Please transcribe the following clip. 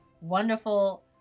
Wonderful